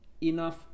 enough